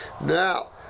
Now